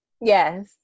Yes